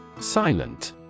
Silent